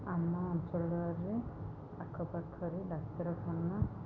ଆମ ଅଞ୍ଚଳରେ ଆଖପାଖରେ ଡାକ୍ତରଖାନା